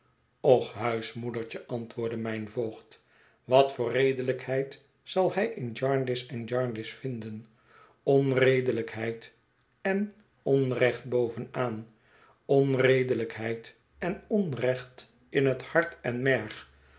och huismoedertj e antwoordde mijn voogd wat voor redelijkheid zal hij in jarndyce en jarndyce vinden onredelijkheid en onrecht bovenaan onredelijkheid en onrecht in het hart en merg